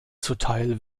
zuteil